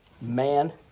man